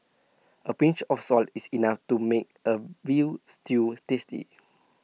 A pinch of salt is enough to make A Veal Stew tasty